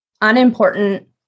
unimportant